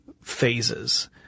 phases